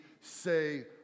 say